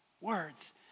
words